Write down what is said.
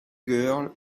girl